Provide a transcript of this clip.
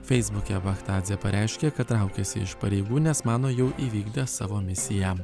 feisbuke tadzė pareiškė kad traukiasi iš pareigų nes mano jau įvykdęs savo misiją